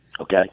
Okay